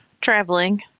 traveling